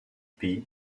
pays